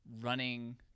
running –